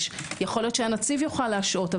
יכול להיות שהנציב יוכל להשעות,